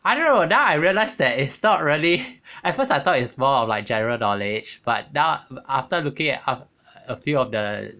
I don't know then I realise that it's not really at first I thought it's more of like general knowledge but now after looking at a few of the